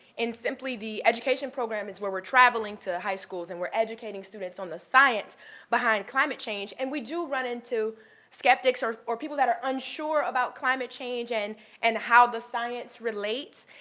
and simply, the education program is where we're travelling to high schools and where we're educating students on the science behind climate change, and we do run into skeptics or or people that are unsure about climate change and and how the science relates,